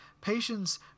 Patients